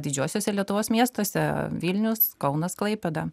didžiuosiuose lietuvos miestuose vilnius kaunas klaipėda